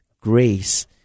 grace